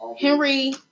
Henry